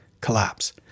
collapse